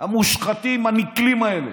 המושחתים הנקלים האלה.